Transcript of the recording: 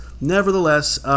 nevertheless